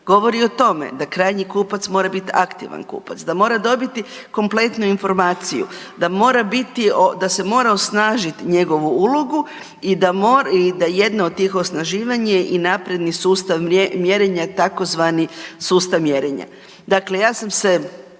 govori o tome da krajnji kupac mora biti aktivan kupac, da mora dobiti kompletnu informaciju, da se mora osnažiti njegovu ulogu i da jedna od tih osnaživanja je i napredni sustav mjerenja tzv. sustav mjerenja.